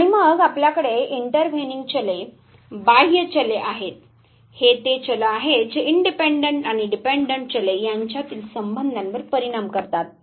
आणि मग आपल्याकडे इंटरव्हेनिंग चले बाह्य चले आहेत हे ते चले आहेत जे इनडिपेंडंट आणि डिपेंडंट चले यांच्यातील संबंधांवर परिणाम करतात